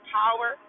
power